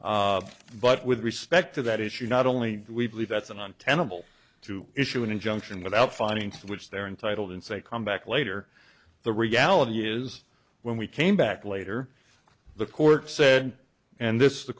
but with respect to that issue not only we believe that's an untenable to issue an injunction without finding to which they're entitled and say come back later the reality is when we came back later the court said and this is the